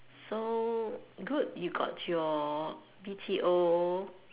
so good you got your B_T_O